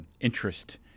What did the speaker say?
interest